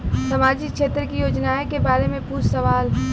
सामाजिक क्षेत्र की योजनाए के बारे में पूछ सवाल?